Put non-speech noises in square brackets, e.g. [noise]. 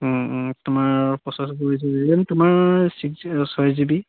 তোমাৰ processor [unintelligible] RAM তোমাৰ six [unintelligible] ছয় জি বি